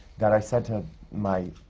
that i said to my,